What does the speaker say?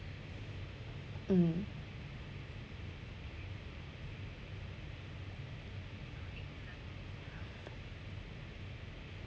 mm